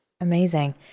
Amazing